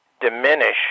diminish